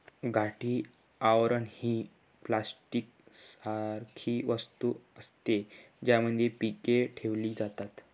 गाठी आवरण ही प्लास्टिक सारखी वस्तू असते, ज्यामध्ये पीके ठेवली जातात